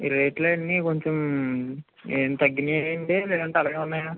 ఈ రేట్లు అన్నీ కొంచెం ఏదన్న తగ్గినాయ అండి లేదంటే అలాగే ఉన్నాయా